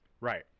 right